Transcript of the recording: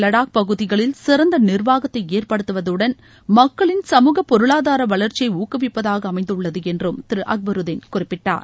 லடாக் பகுதிகளில் சிறந்த நிர்வாகத்தை ஏற்படுத்துவதுடன் மக்களின் சமூக பொருளாதார வளர்ச்சியை ஊக்குவிப்பதாக அமைந்துள்ளது என்றும் திரு அக்பருதீன் குறிப்பிட்டார்